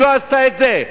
והיא לא עשתה את זה,